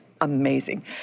amazing